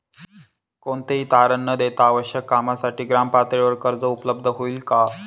कोणतेही तारण न देता आवश्यक कामासाठी ग्रामपातळीवर कर्ज उपलब्ध होईल का?